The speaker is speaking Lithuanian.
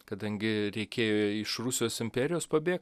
kadangi reikėjo iš rusijos imperijos pabė